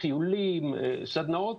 טיולים, סדנאות.